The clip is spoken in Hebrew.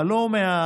אבל לא מהמסביב.